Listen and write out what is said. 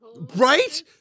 Right